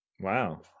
Wow